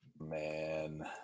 Man